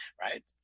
right